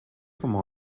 comment